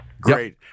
Great